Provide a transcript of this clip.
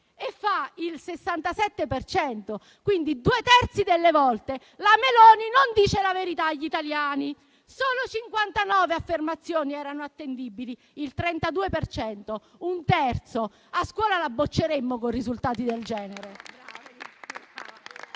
per cento: quindi due terzi delle volte la Meloni non dice la verità agli italiani. Solo 59 affermazioni erano attendibili, il 32 per cento, un terzo; a scuola la bocceremmo con risultati del genere.